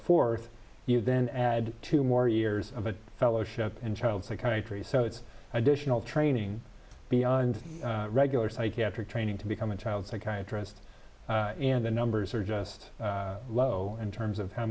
fourth you then add two more years of a fellowship in child psychiatry so it's additional training beyond regular psychiatric training to become a child psychiatrist and the numbers are just low in terms of how